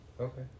Okay